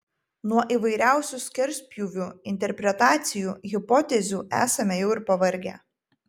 nuo įvairiausių skerspjūvių interpretacijų hipotezių esame jau ir pavargę